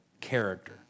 character